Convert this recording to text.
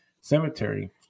Cemetery